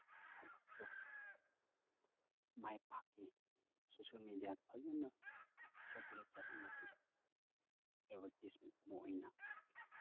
ꯊꯕꯛꯇꯣ ꯃꯥꯏ ꯄꯥꯛꯏ ꯁꯣꯁꯦꯜ ꯃꯦꯗꯤꯌꯥꯗ ꯐꯖꯅ ꯁꯔꯀꯨꯂꯦꯠ ꯆꯠꯍꯜꯂꯗꯤ ꯑꯦꯗꯚꯔꯇꯤꯁ ꯑꯃ ꯑꯣꯏꯅ